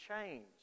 change